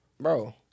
bro